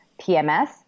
PMS